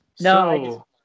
No